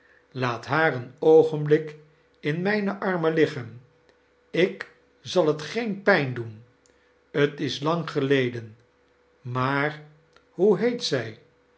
laat haar een oogenblik in mijne armen liggen ik zal het geen pijn doen t is lang geleden maar hoe heet zij